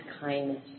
kindness